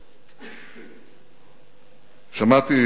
שמעתי,